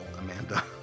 Amanda